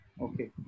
Okay